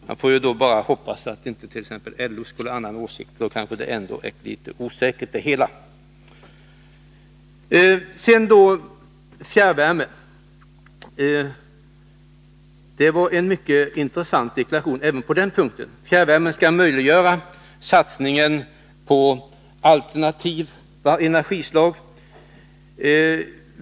Jag får då bara hoppas att intet.ex. LO skulle ha en annan åsikt, för då kanske det hela ändå är litet osäkert. Beträffande fjärrvärme: Det var en mycket intressant deklaration även på denna punkt. Fjärrvärme skall möjliggöra en satsning på alternativa energislag.